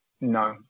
No